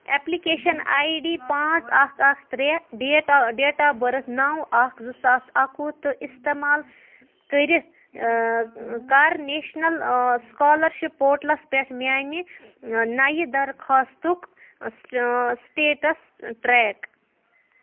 application I D پانژھ اکھ اکھ ترٛےٚ ڈیٹ ڈیٹ آف بٔرتھ نو اکھ زٕ ساس اکوُہ تہٕ استعمال کٔرِتھ کر نیشنل سُکالرشپ پورٹلس پٮ۪ٹھ میانہِ نَیہِ درخاستُک سٹیٹس ٹریک